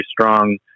strong